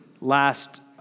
last